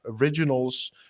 originals